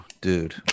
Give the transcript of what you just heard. dude